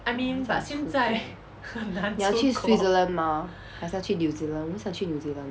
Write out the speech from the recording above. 我很想出国你要去 switzerland 吗还是要去 new zealand 我很想去 new zealand